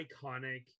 iconic